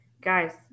guys